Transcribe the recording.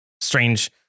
strange